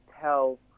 tell